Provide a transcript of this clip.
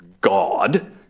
God